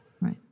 Right